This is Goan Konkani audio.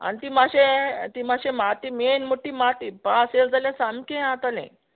आनी ती मातशें ती मातशें माती मेन म्हूट ती माती पास येयल जाल्या सामकें यें आतोलें